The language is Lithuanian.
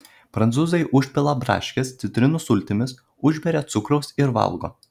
prancūzai užpila braškes citrinų sultimis užberia cukraus ir valgo